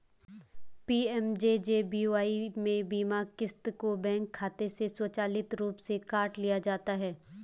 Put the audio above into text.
PMJJBY में बीमा क़िस्त को बैंक खाते से स्वचालित रूप से काट लिया जाता है